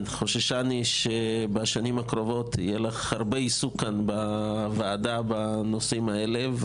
חוששני שבשנים הקרובות יהיה לך הרבה עיסוק כאן בוועדה בנושאים האלה,